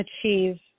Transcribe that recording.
achieve